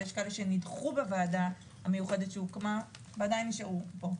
ויש כאלה שנדחו בוועדה המיוחדת שהוקמה ועדיין נשארו פה,